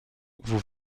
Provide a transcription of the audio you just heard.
vous